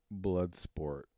Bloodsport